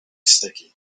sticky